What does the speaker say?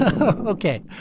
Okay